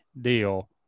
deal